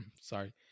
sorry